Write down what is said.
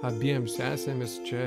abiem sesėmis čia